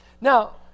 Now